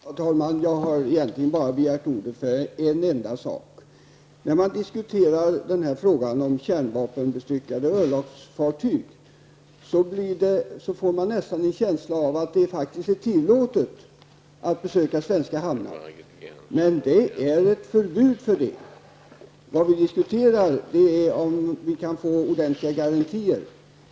Herr talman! Jag har egentligen bara begärt ordet för en enda sak. När man diskuterar frågan om kärnvapenbestyckade örlogsfartyg får man nästan en känsla av att det faktiskt är tillåtet för dessa att besöka svenska hamnar. Men det råder förbud mot detta. Vad vi diskuterar är om vi kan få ordentliga garantier.